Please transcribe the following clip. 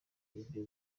ibyo